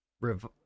rev